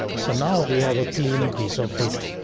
so now we have a clean piece of data.